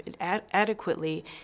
adequately